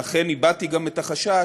ואכן גם הבעתי את החשש